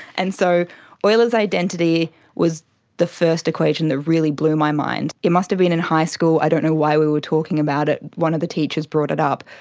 and so euler's identity was the first equation that really blew my mind. it must have been in high school, i don't know why we were talking about it, one of the teachers brought it up,